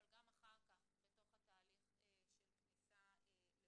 אבל גם אחר כך בתוך התהליך של כניסה להוראה.